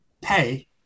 pay